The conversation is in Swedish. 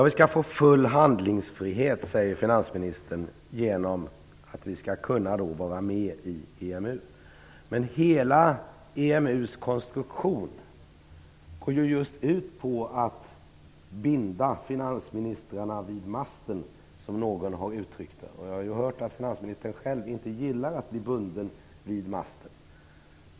Vi skall få full handlingsfrihet, säger finansministern, genom att vi skall kunna vara med i EMU. Men hela EMU:s konstruktion går ju ut på att binda finansministrarna vid masten, som någon har uttryckt det. Och jag har ju hört att finansministern själv inte gillar att bli bunden vid masten.